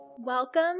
Welcome